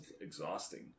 exhausting